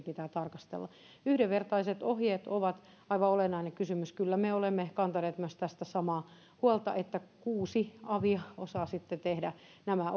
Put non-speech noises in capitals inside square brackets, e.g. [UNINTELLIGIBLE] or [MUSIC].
[UNINTELLIGIBLE] pitää pitkällä juoksulla tarkastella yhdenvertaiset ohjeet ovat aivan olennainen kysymys kyllä me olemme kantaneet myös tästä samaa huolta että kuusi avia osaavat sitten tehdä nämä [UNINTELLIGIBLE]